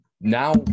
now